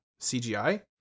CGI